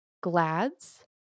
glads